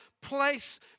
place